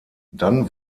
dann